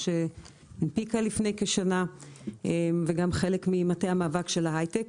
שהנפיקה לפני כשנה וגם חלק ממטה המאבק של ההי-טק.